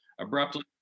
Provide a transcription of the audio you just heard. abruptly